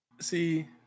See